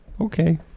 Okay